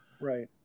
Right